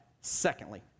Secondly